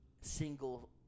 single